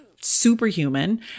superhuman